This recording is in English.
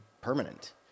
permanent